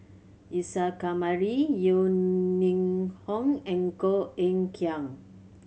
Isa Kamari Yeo Ning Hong and Koh Eng Kian